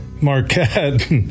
Marquette